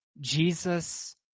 Jesus